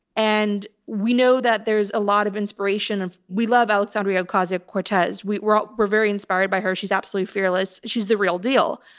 and we know that there's a lot of inspiration and we love alex um ocasio cortez. we were ah were very inspired by her. she's absolutely fearless. she's the real deal.